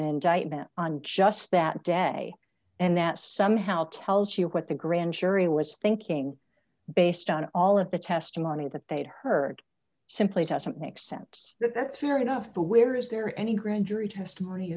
an indictment on just that day and that somehow tells you what the grand jury was thinking based on all of the testimony that they'd heard simply doesn't make sense that that's fair enough but where is there any grand jury testimony